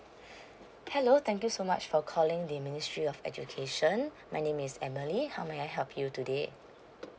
hello thank you so much for calling they ministry of education my name is emily how may I help you today